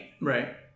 Right